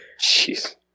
Jeez